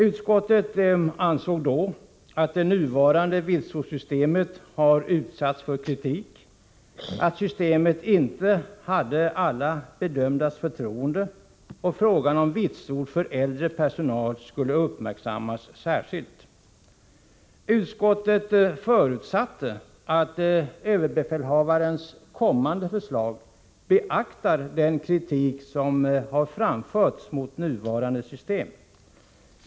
Utskottet konstaterade då att det nuvarande vitsordssystemet har utsatts för kritik och ansåg att systemet inte hade alla bedömdas förtroende. Frågan om vitsord för äldre personal skulle uppmärksammas särskilt. Utskottet skrev: ”Utskottet förutsätter att överbefälhavarens kommande förslag beaktar den kritik som har framförts mot nuvarande system.